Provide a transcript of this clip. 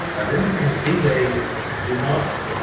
but as you can see they do not